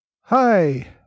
Hi